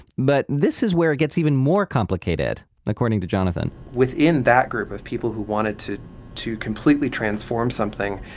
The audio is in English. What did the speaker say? but this is where it gets even more complicated, according to jonathan within that group of people who wanted to to completely transform something,